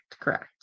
correct